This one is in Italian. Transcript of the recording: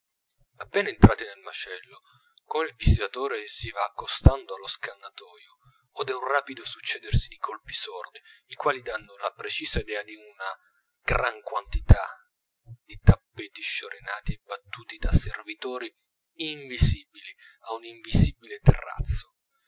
appena entrati nel macello come il visitatore si va accostando allo scannatoio ode un rapido succedersi di colpi sordi i quali danno la precisa idea di una gran quantità di tappeti sciorinati e battuti da servitori invisibili a un invisibile terrazzo